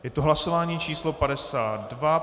Je to hlasování číslo 52.